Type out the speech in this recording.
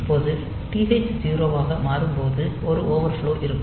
இப்போது TH0 ஆக மாறும் போது ஒரு ஓவர்ஃப்லோ இருக்கும்